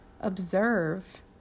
Observe